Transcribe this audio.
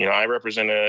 you know i represent ah